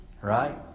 Right